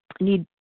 need